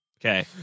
Okay